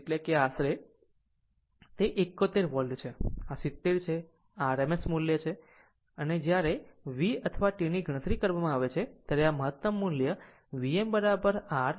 7 r આશરે તે 71 volt છે તે 70 છે આ RMS મૂલ્ય r છે જો જ્યારે v અથવા t ની ગણતરી કરવામાં આવે છે ત્યારે આ મહતમ મૂલ્ય v m r 71 લગભગ 70